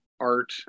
art